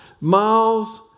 Miles